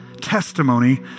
testimony